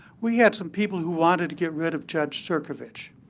we had some people who wanted to get rid of judge crnkovich.